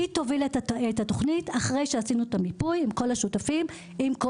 היא תוביל את התוכנית אחרי שעשינו את המיפוי עם כל השותפים ועם כל